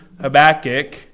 Habakkuk